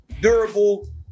durable